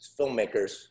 filmmakers